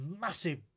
massive